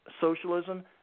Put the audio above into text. socialism